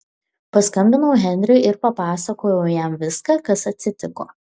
paskambinau henriui ir papasakojau jam viską kas atsitiko